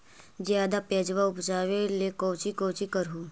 ज्यादा प्यजबा उपजाबे ले कौची कौची कर हो?